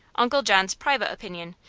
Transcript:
uncle john's private opinion,